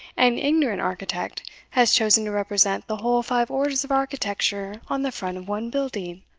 and ignorant architect has chosen to represent the whole five orders of architecture on the front of one building.